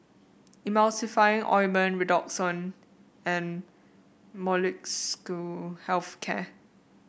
Emulsying Ointment Redoxon and Molnylcke Health Care